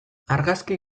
argazki